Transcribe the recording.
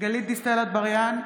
גלית דיסטל אטבריאן,